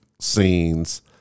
scenes